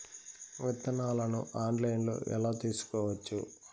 విత్తనాలను ఆన్లైన్లో ఎలా తీసుకోవచ్చు